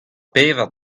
pevar